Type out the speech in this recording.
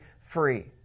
free